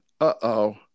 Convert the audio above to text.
uh-oh